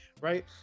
Right